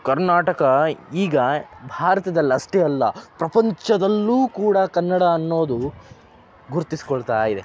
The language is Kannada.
ಕರ್ನಾಟಕ ಈಗ ಭಾರತದಲ್ಲಿ ಅಷ್ಟೇ ಅಲ್ಲ ಪ್ರಪಂಚದಲ್ಲೂ ಕೂಡ ಕನ್ನಡ ಅನ್ನೋದು ಗುರುತಿಸ್ಕೊಳ್ತಾ ಇದೆ